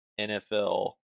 nfl